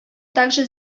также